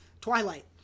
Twilight